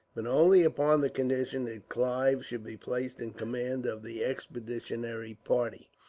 but only upon the condition that clive should be placed in command of the expeditionary party.